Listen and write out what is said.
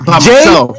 Jay